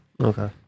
Okay